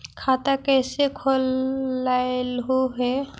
खाता कैसे खोलैलहू हे?